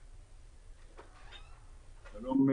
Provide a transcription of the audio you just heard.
שלום,